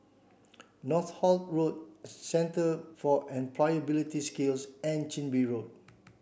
Northolt Road Centre for Employability Skills and Chin Bee Road